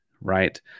right